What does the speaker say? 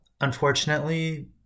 Unfortunately